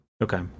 okay